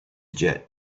jet